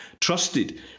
trusted